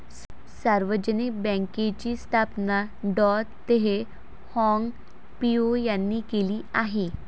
सार्वजनिक बँकेची स्थापना डॉ तेह हाँग पिओ यांनी केली आहे